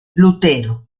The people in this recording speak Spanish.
lutero